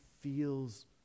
feels